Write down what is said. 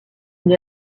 une